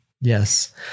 yes